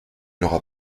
n’aura